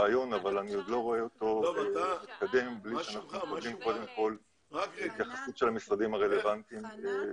לייצר מסמך עמדה של צה"ל שמסתכל על כל הפרמטרים המשפטיים,